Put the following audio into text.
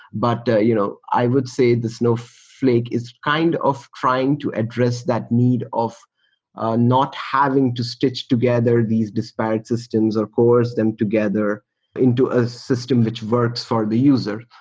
but you know i would say the snowflake is kind of trying to address that need of not having to stitch together these disparate systems or course them together into a system which works for the user.